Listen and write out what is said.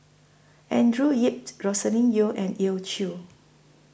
Andrew Yip Roscelin Yeo and Elim Chew